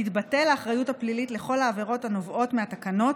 תתבטל האחריות הפלילית לכל העבירות הנובעות מהתקנות